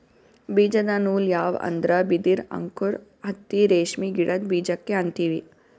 ಬೀಜದ ನೂಲ್ ಯಾವ್ ಅಂದ್ರ ಬಿದಿರ್ ಅಂಕುರ್ ಹತ್ತಿ ರೇಷ್ಮಿ ಗಿಡದ್ ಬೀಜಕ್ಕೆ ಅಂತೀವಿ